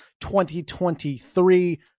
2023